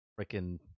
freaking